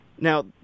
Now